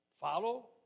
follow